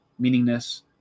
meaningness